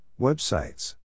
websites